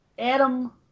Adam